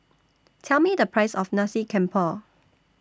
Tell Me The Price of Nasi Campur